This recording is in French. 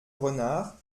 renard